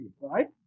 right